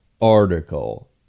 article